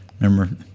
Remember